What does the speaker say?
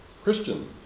Christian